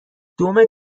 دومتر